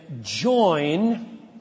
join